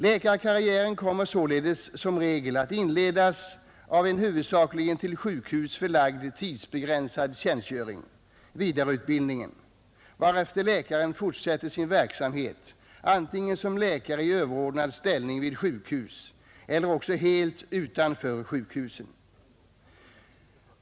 Läkarkarriären kommer således som regel att inledas av en huvudsaklig till sjukhus förlagd tidsbegränsad tjänstgöring — vidareutbildningen — varefter läkaren fortsätter sin verksamhet antingen som läkare i överordnad ställning vid sjukhus eller också helt utanför sjukhusen.